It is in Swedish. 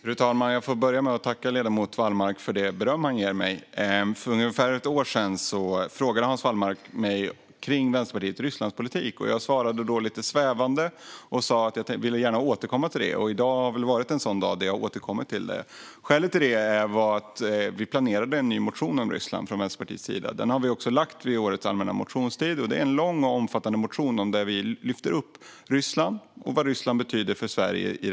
Fru talman! Jag får börja med att tacka ledamoten Wallmark för det beröm han ger mig. För ungefär ett år sedan frågade Hans Wallmark mig om Vänsterpartiets Rysslandspolitik. Jag svarade då lite svävande att jag gärna ville återkomma till det, och i dag har väl varit en sådan dag då jag återkommit till det. Skälet till det var att vi planerade en ny motion om Ryssland från Vänsterpartiets sida. Den lade vi också fram under årets allmänna motionstid. Det är en lång och omfattande motion där vi lyfter upp Ryssland och vad relationen till Ryssland betyder för Sverige.